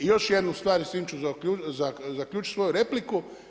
I još jednu stvar i s tim ću zaključiti svoju repliku.